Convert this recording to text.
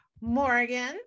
Morgan